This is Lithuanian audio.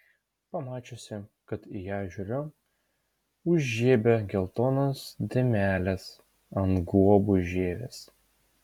pamačiusi kad į ją žiūriu užžiebė geltonas dėmeles ant guobų žievės